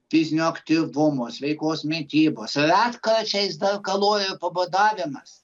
fizinio aktyvumo sveikos mitybos retkarčiais dar kalorijų pabadavimas